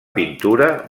pintura